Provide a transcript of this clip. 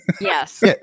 Yes